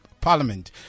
Parliament